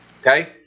Okay